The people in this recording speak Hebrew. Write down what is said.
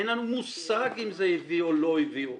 אין לנו מושג אם זה הביא או לא הביא עולים,